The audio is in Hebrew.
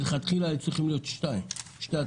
מלכתחילה היו צריכות להיות שתי הצעות.